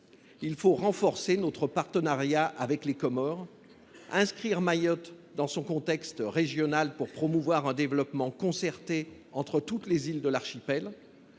Il faut renforcer notre partenariat avec les Comores, inscrire Mayotte dans son contexte régional afin de promouvoir un développement concerté entre toutes les îles de l’archipel.